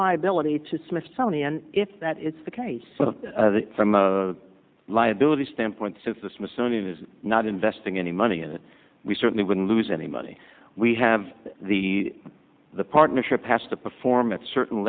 liability to smithsonian if that is the case from liability standpoint so if the smithsonian is not investing any money and we certainly wouldn't lose any money we have the the partnership has to perform at certain